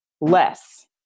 less